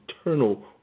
eternal